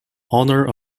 honor